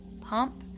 pump